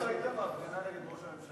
אתה לא היית בהפגנה נגד ראש הממשלה?